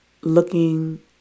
looking